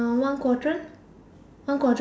one quadrant one quadrant